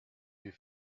you